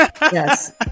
Yes